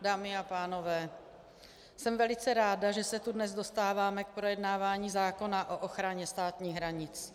Dámy a pánové, jsem velice ráda, že se tu dnes dostáváme k projednávání zákona o ochraně státních hranic.